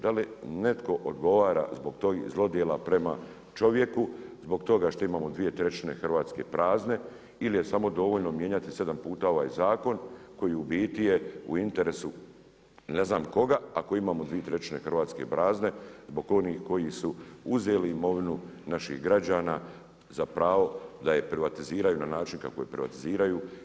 Da li netko odgovara zbog tog zlodjela prema čovjeku, zbog toga što imamo dvije trećine Hrvatske prazne ili je samo dovoljno mijenjati sedam puta ovaj zakon koji u biti je u interesu ne znam koga ako imamo dvije trećine Hrvatske prazne zbog onih koji su uzeli imovinu naših građana za pravo da je privatiziraju na način kako je privatiziraju.